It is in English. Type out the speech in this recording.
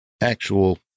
actual